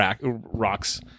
rocks